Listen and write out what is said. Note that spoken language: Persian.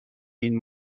این